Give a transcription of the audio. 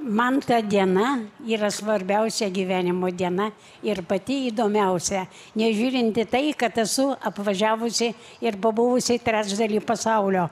man diena yra svarbiausia gyvenimo diena ir pati įdomiausia nežiūrint į tai kad esu apvažiavusi ir pabuvusi trečdaly pasaulio